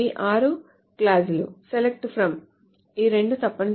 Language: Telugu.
6 క్లాజులు SELECT FROM ఈ రెండూ తప్పనిసరి